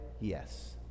Yes